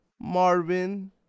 Marvin